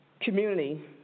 community